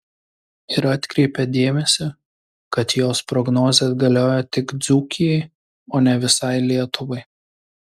ir atkreipė dėmesį kad jos prognozės galioja tik dzūkijai o ne visai lietuvai